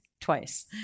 twice